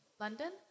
London